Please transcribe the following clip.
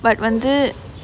but வந்து:vanthu